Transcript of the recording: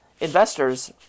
investors